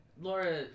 Laura